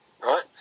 Right